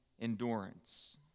endurance